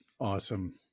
awesome